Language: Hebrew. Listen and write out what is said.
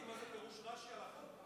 מרגי, מה זה, פירוש רש"י לחוק?